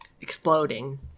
exploding